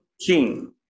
king